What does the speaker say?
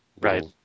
Right